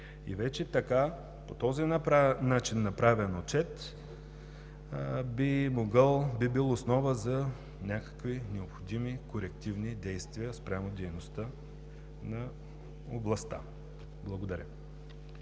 И вече така, по този начин направен отчет, би бил основа за някакви необходими корективни действия спрямо дейността на областта. Благодаря.